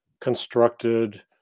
constructed